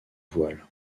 voile